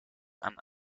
and